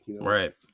Right